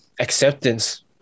Acceptance